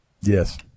Yes